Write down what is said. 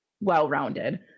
well-rounded